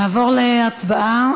נעבור להצבעה.